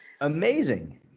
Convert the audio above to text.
Amazing